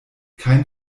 kein